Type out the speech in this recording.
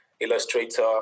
illustrator